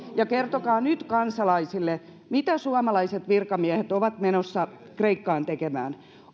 ja kertokaa nyt kansalaisille mitä suomalaiset virkamiehet ovat menossa kreikkaan tekemään